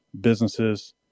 businesses